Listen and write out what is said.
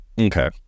Okay